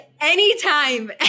anytime